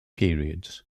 periods